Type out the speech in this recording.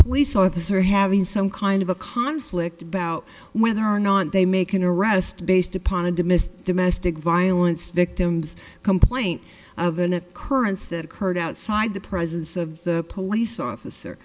police officer having some kind of a conflict about whether or not they make an arrest based upon a dimiss domestic violence victims complaint of an occurrence that occurred outside the presence of the police officer